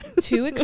Two